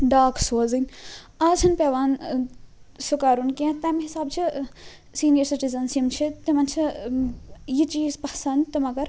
ڈاک سوزٕنۍ آز چھِنہٕ پیٚوان ٲں سُہ کَرُن کیٚنٛہہ تَمہِ حسابہٕ چھِ ٲں سیٖنیَر سِٹیٖزَنٕز یِم چھِ تِمن چھُ ٲں یہِ چیٖز پسنٛد تہٕ مگر